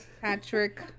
Patrick